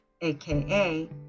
aka